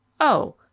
Oh